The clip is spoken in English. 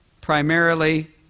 primarily